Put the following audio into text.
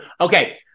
Okay